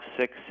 six